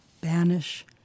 banish